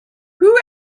who